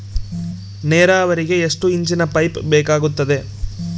ನೇರಾವರಿಗೆ ಎಷ್ಟು ಇಂಚಿನ ಪೈಪ್ ಬೇಕಾಗುತ್ತದೆ?